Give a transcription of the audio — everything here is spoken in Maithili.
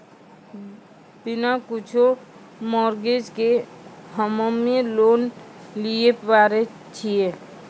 बिना कुछो मॉर्गेज के हम्मय लोन लिये पारे छियै?